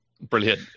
Brilliant